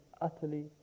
utterly